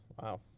Wow